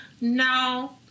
No